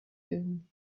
dune